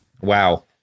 Wow